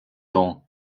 dents